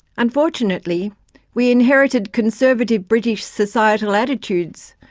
unfortunately we inherited conservative british societal attitudes.